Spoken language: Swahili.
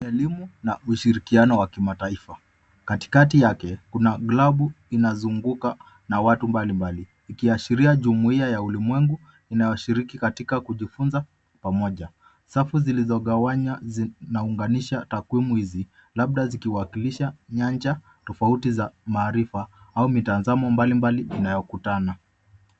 Elimu na ushirikiano wa kimataifa. Katikati yake kuna glabu inazunguka na watu mbalimbali ikiashiria jumuiya ya ulimwengu inayoshiriki katika kujifunza pamoja. Safu zilizogawanywa zinaunganisha takwimu hizi labda zikiwakislisha nyanja tofauti za maarifa au mitazamo mbalimbali inayokutana.